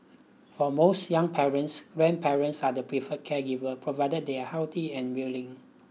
for most young parents grandparents are the preferred caregiver provided they are healthy and willing